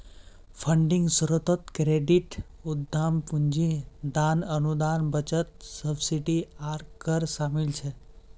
funding स्रोतोत credit, उद्दाम पूंजी, दान, अनुदान, बचत, सब्सिडी आर कर शामिल छे